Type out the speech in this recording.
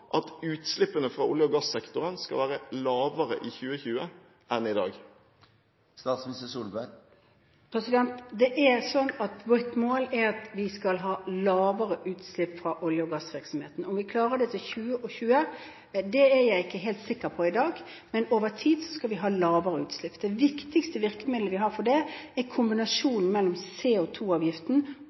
at utslippene fra olje- og gassektoren skal være lavere i 2020 enn i dag? Det er slik at vårt mål er at vi skal ha lavere utslipp fra olje- og gassvirksomheten. Om vi klarer det til 2020, er jeg ikke helt sikker på i dag, men over tid skal vi ha lavere utslipp. Det viktigste virkemidlet vi har for det, er kombinasjonen mellom